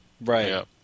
Right